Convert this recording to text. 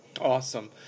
Awesome